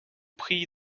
prient